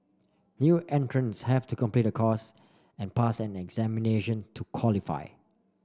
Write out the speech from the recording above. new entrants have to complete a course and pass an examination to qualify